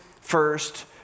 first